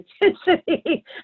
intensity